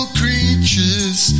creatures